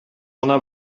гына